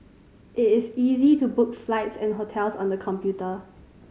it is easy to book flights and hotels on the computer